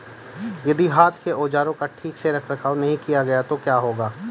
यदि हाथ के औजारों का ठीक से रखरखाव नहीं किया गया तो क्या होगा?